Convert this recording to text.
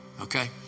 okay